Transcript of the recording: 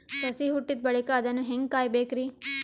ಸಸಿ ಹುಟ್ಟಿದ ಬಳಿಕ ಅದನ್ನು ಹೇಂಗ ಕಾಯಬೇಕಿರಿ?